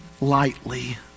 lightly